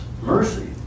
mercy